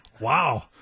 Wow